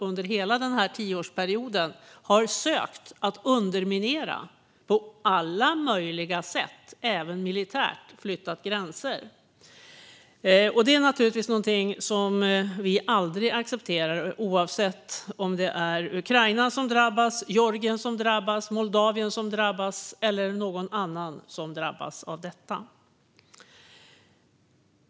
Under hela den gångna tioårsperioden har ju Ryssland sökt att underminera detta på alla möjliga sätt, även genom att med militära medel flytta gränser. Detta är något som vi aldrig accepterar oavsett om det är Ukraina, Georgien, Moldavien eller någon annan som drabbas av det.